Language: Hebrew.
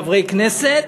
חברי כנסת,